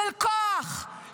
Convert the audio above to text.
של כוח,